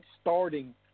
starting